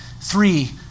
Three